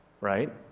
right